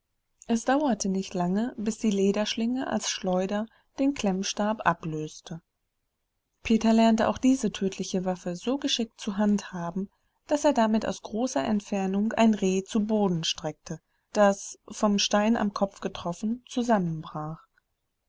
es dauerte nicht lange bis die lederschlinge als schleuder den klemmstab ablöste peter lernte auch diese tödliche waffe so geschickt zu handhaben daß er damit aus großer entfernung ein reh zu boden streckte das vom stein am kopf getroffen zusammenbrach